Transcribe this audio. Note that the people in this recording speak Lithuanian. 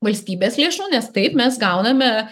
valstybės lėšų nes taip mes gauname